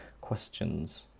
questions